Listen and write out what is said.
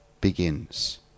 begins